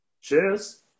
Cheers